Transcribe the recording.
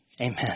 Amen